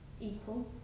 equal